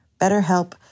BetterHelp